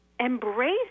Embrace